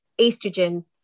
estrogen